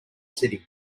city